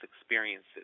experiences